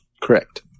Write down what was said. Correct